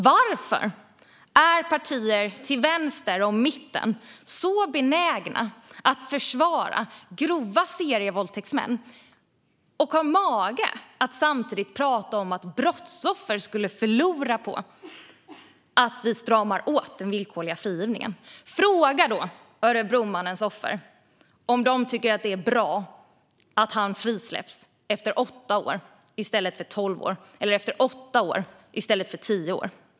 Varför är partier till vänster om mitten så benägna att försvara grova serievåldtäktsmän? Samtidigt har de mage att tala om att brottsoffer skulle förlora på att vi stramar åt den villkorliga frigivningen. Fråga Örebromannens offer om de tycker att det är bra att han släpps fri efter åtta år i stället för tolv eller tio.